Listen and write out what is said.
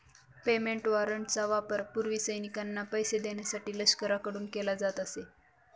payment वॉरंटचा वापर पूर्वी सैनिकांना पैसे देण्यासाठी लष्कराकडून केला जात असे